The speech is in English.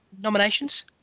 nominations